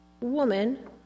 woman